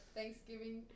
Thanksgiving